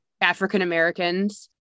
African-Americans